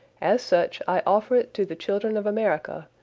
as such i offer it to the children of america,